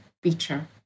feature